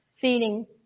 feeding